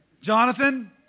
Jonathan